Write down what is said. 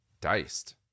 diced